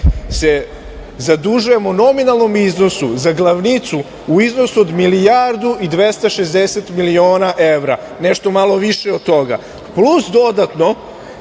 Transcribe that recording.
se zadužujemo u nominalnom iznosu za glavicu u iznosu od milijardu i 260 miliona evra nešto malo više od toga, plus dodatno